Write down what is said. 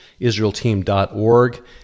IsraelTeam.org